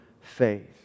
faith